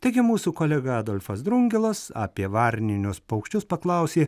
taigi mūsų kolega adolfas drungilas apie varninius paukščius paklausė